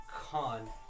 con